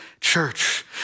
church